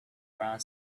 around